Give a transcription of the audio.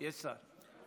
יש שר.